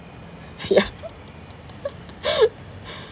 yeah